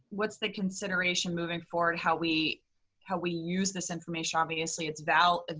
what's the consideration moving forward how we how we use this information? obviously it's valuable, and